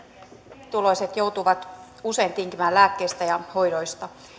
pienituloiset joutuvat usein tinkimään lääkkeistä ja hoidoista